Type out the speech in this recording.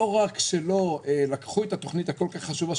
לא רק שלא לקחו את התוכנית הכול כך חשובה,